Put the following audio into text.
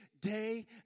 day